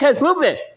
Movement